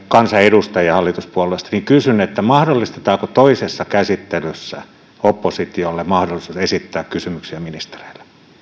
kansanedustajia hallituspuolueista niin kysyn mahdollistetaanko toisessa käsittelyssä oppositiolle mahdollisuus esittää kysymyksiä ministereille